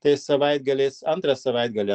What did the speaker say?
tais savaitgaliais antrą savaitgalį